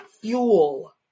fuel